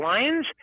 Lions